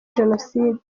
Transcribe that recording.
jenoside